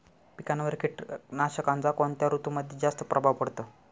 पिकांवर कीटकनाशकांचा कोणत्या ऋतूमध्ये जास्त प्रभाव पडतो?